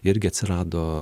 irgi atsirado